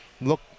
look